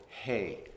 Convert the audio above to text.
hey